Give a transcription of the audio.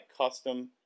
custom